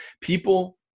people